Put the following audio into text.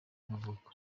y’amavuko